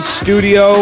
studio